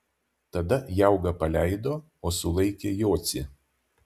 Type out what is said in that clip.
tada jaugą paleido o sulaikė jocį